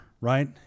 right